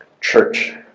Church